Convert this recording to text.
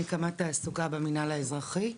אני קמ"ד תעסוקה במנהל האזרחי.